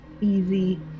easy